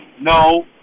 No